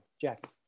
Jack